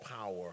power